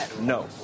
No